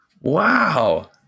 Wow